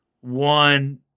one